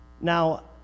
Now